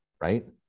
right